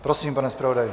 Prosím, pane zpravodaji.